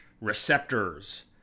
receptors